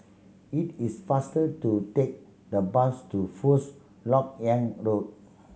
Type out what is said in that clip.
it is faster to take the bus to First Lok Yang Road